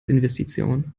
investition